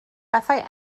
bethau